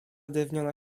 drewniana